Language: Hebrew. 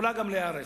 יכולה גם ליהרס.